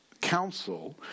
council